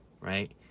right